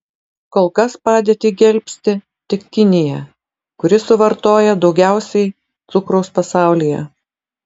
kol kas padėtį gelbsti tik kinija kuri suvartoja daugiausiai cukraus pasaulyje